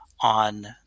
on